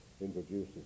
introduces